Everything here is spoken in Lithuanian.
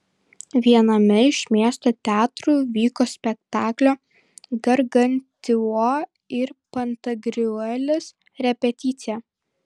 viename iš miesto teatrų vyko spektaklio gargantiua ir pantagriuelis repeticija